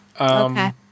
Okay